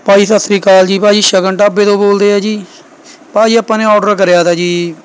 ਭਾਜੀ ਸੱਸਰੀਕਾਲ ਜੀ ਭਾਜੀ ਸ਼ਗਨ ਢਾਬੇ ਤੋਂ ਬੋਲਦੇ ਆ ਜੀ ਭਾਜੀ ਆਪਾਂ ਨੇ ਔਡਰ ਕਰਿਆ ਤਾ ਜੀ